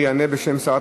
הוא ביקש מהמכסה שיש